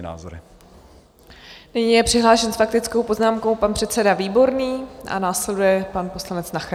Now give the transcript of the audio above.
Nyní je přihlášen s faktickou poznámkou pan předseda Výborný a následuje pan poslanec Nacher.